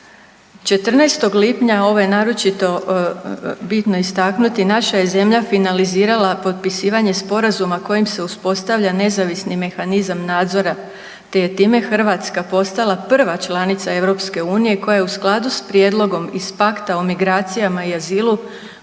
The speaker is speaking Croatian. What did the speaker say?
14. lipnja ovo je naročito bitno istaknuti naša je zemlja finalizirala potpisivanje sporazuma kojim se uspostavlja nezavisni mehanizam nadzora te je time Hrvatska postala prva članica EU koja u skladu s prijedlogom iz pakta o migracijama i azilu